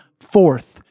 FORTH